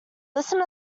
listen